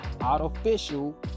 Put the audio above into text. artificial